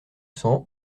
cents